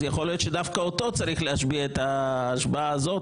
אז יכול להיות שדווקא אותו צריך להשביע את ההשבעה הזאת,